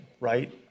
right